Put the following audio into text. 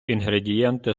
інгредієнти